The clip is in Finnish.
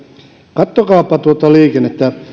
katsokaapa tuota liikennettä